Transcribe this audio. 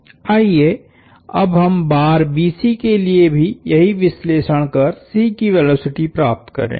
आइए अब हम बार BC के लिए भी यही विश्लेषण कर C की वेलोसिटी प्राप्त करें